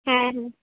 হ্যাঁ হুম